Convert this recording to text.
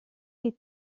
les